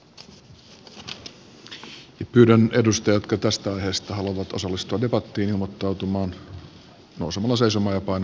pyydän edustajia jotka tästä aiheesta haluavat osallistua debattiin ilmoittautumaan nousemalla seisomaan ja painamalla v painiketta